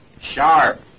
Sharp